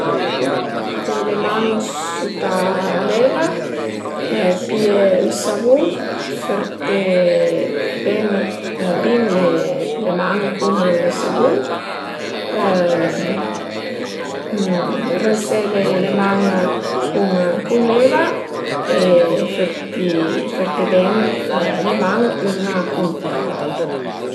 Ëntà büté le man sut a l'eva, pìé ël savun, fërté ben bin le man cun rënsé le man cun cun l'eva e ferti ferté ben le man üna cuntra l'autra